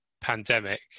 pandemic